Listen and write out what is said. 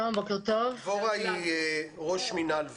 דבורה היא ראש מינהל ור"ה,